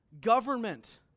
Government